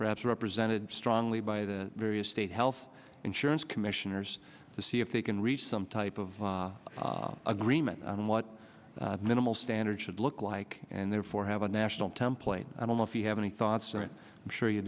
perhaps represented strongly by the various state health insurance commissioners to see if they can reach some type of agreement on what minimal standards should look like and therefore have a national template i don't know if you have any thoughts and i'm sure you